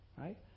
right